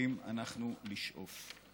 צריכים אנחנו לשאוף.